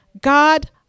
God